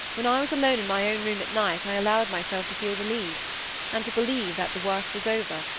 when i was alone in my own room at night i allowed myself to feel relieved and to believe that the worst was over,